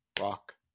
rock